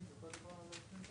שקלים,